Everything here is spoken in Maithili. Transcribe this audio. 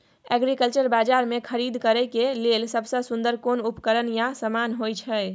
एग्रीकल्चर बाजार में खरीद करे के लेल सबसे सुन्दर कोन उपकरण या समान होय छै?